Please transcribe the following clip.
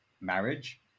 marriage